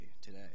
today